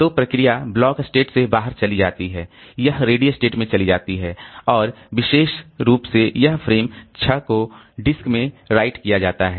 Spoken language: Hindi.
तो प्रोसेस ब्लॉक स्टेट से बाहर चली जाती है यह रेडी स्टेट में चली जाती है और विशेष रूप से यह फ्रेम 6 को डिस्क में राइट किया जाता है